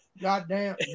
goddamn